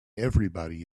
everybody